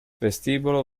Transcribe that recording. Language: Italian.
vestibolo